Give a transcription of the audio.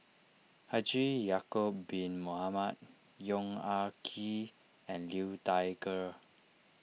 Haji Ya'Acob Bin Mohamed Yong Ah Kee and Liu Thai Ker